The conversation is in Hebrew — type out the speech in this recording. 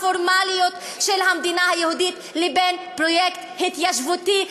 הפורמליות של המדינה היהודית לבין פרויקט התיישבותי,